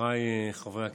חבריי חברי הכנסת,